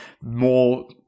more